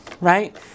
right